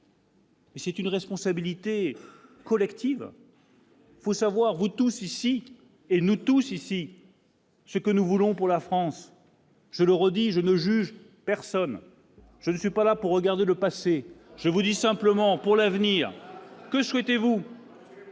c'est une responsabilité collective. Il faut savoir vous tous ici, et nous tous ici, ce que nous voulons pour la France. Je le redis, je ne juge personne, je ne suis pas là pour regarder le passé, je vous dis simplement pour l'avenir. Que souhaitez-vous